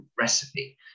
recipe